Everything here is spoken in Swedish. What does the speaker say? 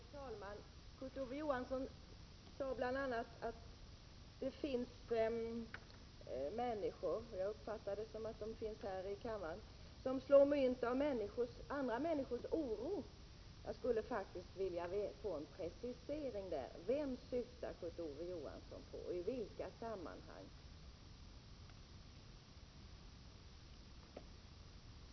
Herr talman! Kurt Ove Johansson sade bl.a. att det finns människor — här i kammaren — som slår mynt av andra människors oro. Jag skulle faktiskt vilja få en precisering: Vad syftar Kurt Ove Johansson på, och i vilka sammanhang?